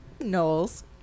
Knowles